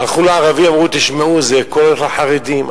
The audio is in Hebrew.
הלכו לערבים, אמרו: תשמעו, זה הכול הולך לחרדים.